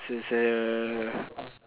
this is uh